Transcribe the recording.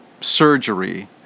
surgery